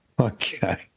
Okay